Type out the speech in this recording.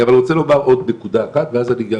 אני אבל רוצה לומר עוד נקודה אחת ואז אני גם